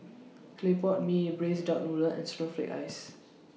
Clay Pot Mee Braised Duck Noodle and Snowflake Ice